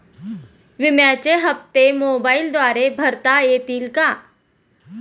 विम्याचे हप्ते मोबाइलद्वारे भरता येतील का?